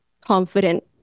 confident